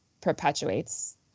perpetuates